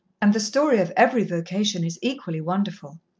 and the story of every vocation is equally wonderful.